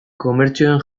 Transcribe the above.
komertzioen